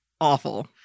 Awful